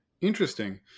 Interesting